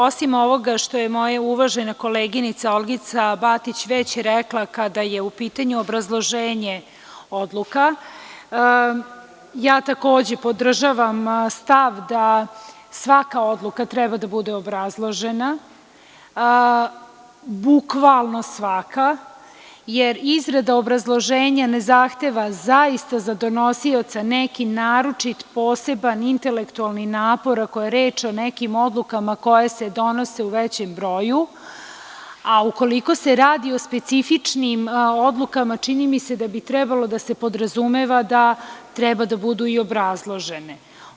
Osim ovoga što je moja uvažena koleginica Olgica Batić već rekla kada je u pitanju obrazloženje odluka, ja takođe podržavam stav da svaka odluka treba da bude obrazložena, bukvalno svaka jer izrada obrazloženja ne zahteva zaista za donosioca neki naročit poseban intelektualan napor ako je reč o nekim odlukama koje se donose u većem broju, a ukoliko se radi o specifičnim odlukama čini mi se da bi trebalo da se podrazumeva da treba da budu i obrazložene.